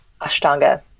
ashtanga